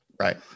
Right